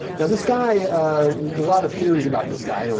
now this guy a lot of theories about this guy. and and